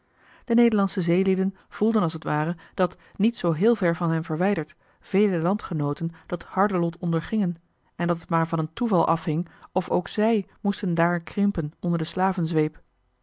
de nederlandsche zeelieden voelden als t ware dat niet zoo heel ver van hen verwijderd vele landgenooten dat harde lot ondergingen en dat het maar van een toeval afhing of ook zij moesten daar krimpen onder de slavenzweep